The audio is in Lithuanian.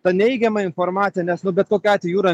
ta neigiama informacija nes bet kokiu atveju jūra